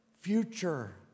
future